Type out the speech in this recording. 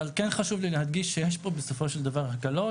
אבל כן חשוב לי להדגיש שבסופו של דבר יש כאן הקלות.